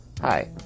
Hi